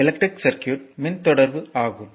electric சர்க்யூட்களின் மின் தொடர்பு ஆகும்